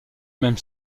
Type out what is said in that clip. même